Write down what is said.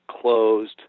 closed